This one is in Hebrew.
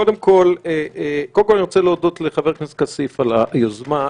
קודם כול אני רוצה להודות לחבר הכנסת כסיף על היוזמה.